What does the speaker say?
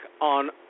on